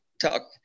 talk